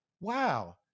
wow